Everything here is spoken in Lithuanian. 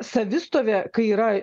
savistovė kai yra